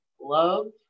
love